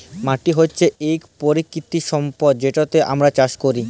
মাটি হছে ইক পাকিতিক সম্পদ যেটতে আমরা চাষ ক্যরি